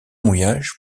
mouillage